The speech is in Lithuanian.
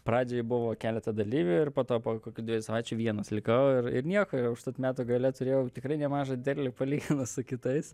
pradžioj buvo keletą dalyvių ir po to po kokių dviejų savaičių vienas likau ir ir nieko užtat metų gale turėjau tikrai nemažą derlių palyginus su kitais